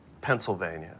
Pennsylvania